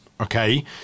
okay